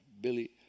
Billy